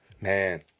Man